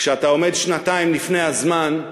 כשאתה עומד שנתיים לפני הזמן,